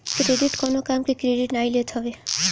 credit कवनो काम के क्रेडिट नाइ लेत हवे